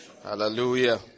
Hallelujah